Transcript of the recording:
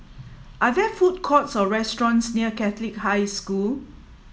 are there food courts or restaurants near Catholic High School